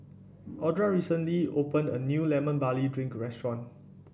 Audra recently opened a new Lemon Barley Drink Restaurant